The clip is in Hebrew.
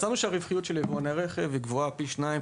מצאנו שהרווחיות של יבואני הרכב היא גבוהה פי שניים,